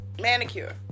Manicure